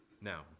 Now